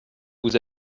vous